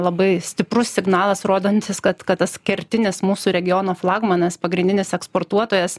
labai stiprus signalas rodantis kad kad tas kertinis mūsų regiono flagmanas pagrindinis eksportuotojas